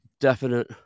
definite